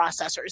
processors